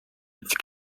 which